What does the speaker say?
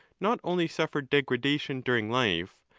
not only suffered degradation during life,